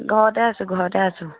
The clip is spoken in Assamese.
ঘৰতে আছো ঘৰতে আছো